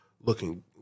looking